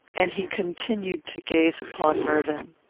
and he continued to gaze upon mervyn